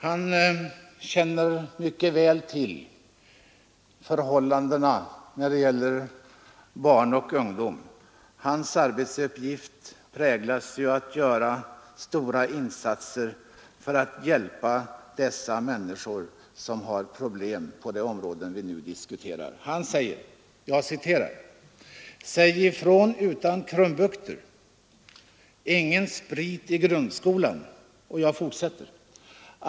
Han känner mycket väl till förhållandena bland barn och ungdom, och hans arbete präglas av stora insatser för att hjälpa dem som har problem på de områden vi nu diskuterar. Han säger: ”Säg ifrån utan krumbukter — ingen sprit i grundskolan!